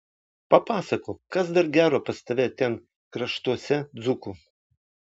papasakok kas dar gero pas tave ten kraštuose dzūkų